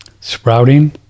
sprouting